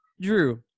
Drew